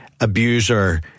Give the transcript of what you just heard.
abuser